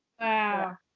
Wow